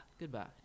Goodbye